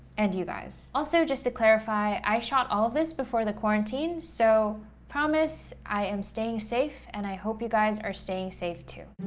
and you guys. also just to clarify, i shot all of this before the quarantine, so promise, i am staying safe, and i hope you guys are staying safe too.